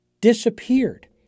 disappeared